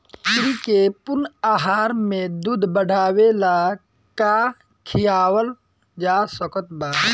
बकरी के पूर्ण आहार में दूध बढ़ावेला का खिआवल जा सकत बा?